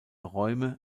räume